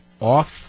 off